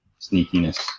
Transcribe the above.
sneakiness